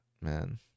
man